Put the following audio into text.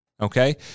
okay